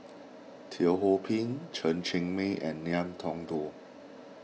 Teo Ho Pin Chen Cheng Mei and Ngiam Tong Dow